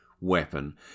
weapon